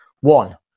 One